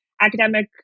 academic